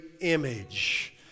image